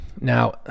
now